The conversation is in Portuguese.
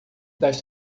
das